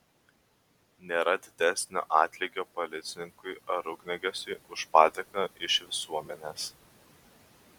nėra didesnio atlygio policininkui ar ugniagesiui už padėką iš visuomenės